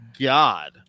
God